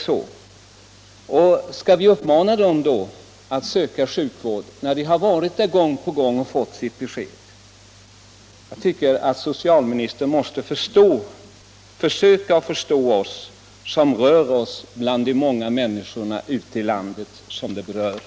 Skall vi då uppmana dem att söka sjukvård, när de gång på gång har varit hos läkare och fått besked? Jag tycker att socialministern måste försöka förstå oss som rör oss bland de många människor ute i landet som berörs.